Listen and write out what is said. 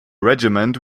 regiment